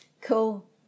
cool